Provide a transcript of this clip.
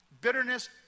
Bitterness